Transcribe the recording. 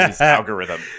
algorithm